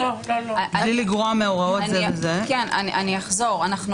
אני אחזור על זה.